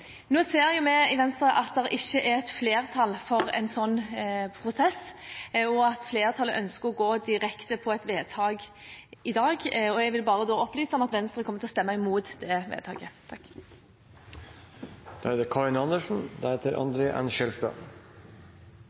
nå at det ikke er et flertall for en sånn prosess, og at flertallet ønsker å gå direkte på et vedtak i dag. Jeg vil da bare opplyse om at Venstre kommer til å stemme imot det forslaget. SV kommer også til å stemme mot innstillingen, og vi er